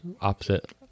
opposite